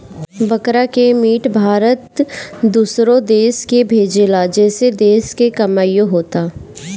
बकरा के मीट भारत दूसरो देश के भेजेला जेसे देश के कमाईओ होता